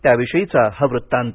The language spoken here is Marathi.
त्याविषयीचा हा वृत्तांत